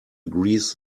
agrees